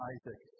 Isaac